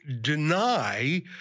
deny